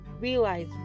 realize